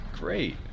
Great